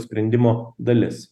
sprendimo dalis